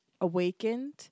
awakened